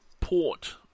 Port